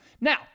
Now